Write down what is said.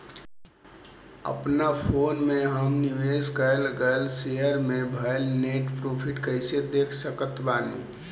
अपना फोन मे हम निवेश कराल गएल शेयर मे भएल नेट प्रॉफ़िट कइसे देख सकत बानी?